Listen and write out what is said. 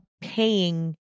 paying